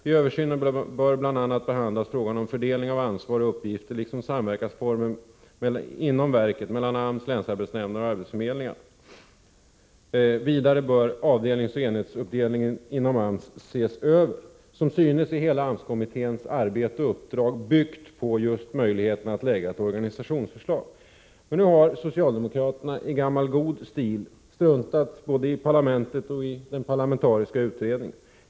I översynen bör bl.a. behandlas frågan om fördelning av ansvar och uppgifter liksom samverkansformer inom verket mellan AMS, länsarbetsnämnderna och arbetsförmedlingen. -—-—- Vidare bör avdelningsoch enhetsuppdelningen hos AMS centralt ses över.” AMS-kommitténs hela arbete och uppdrag är således byggt på just möjligheterna att lägga fram ett organisationsförslag. Men nu har socialdemokraterna i gammal god stil struntat i både parlamentet och den parlamentariska utredningen.